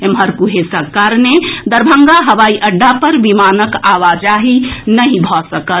एम्हर कुहेसक कारणे दरभंगा हवाई अड्डा पर विमानक आवाजाही नहि भऽ सकल